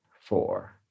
four